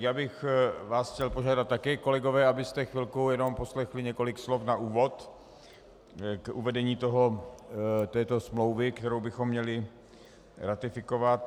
Já bych vás chtěl požádat také kolegové, abyste chvilku jenom poslechli několik slov na úvod k uvedení této smlouvy, kterou bychom měli ratifikovat.